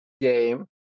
game